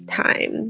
time